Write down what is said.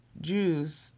Jews